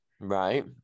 Right